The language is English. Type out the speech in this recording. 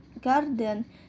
garden